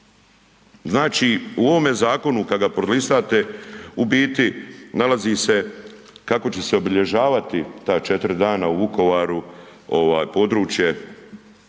Znači u ovome zakonu kada ga prolistate u biti nalazi se kako će se obilježavati ta četiri dana u Vukovaru područje